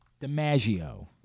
DiMaggio